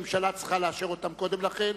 הממשלה צריכה לאשר אותם קודם לכן,